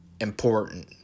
important